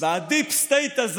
הדיפ סטייט,